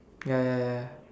ya ya ya ya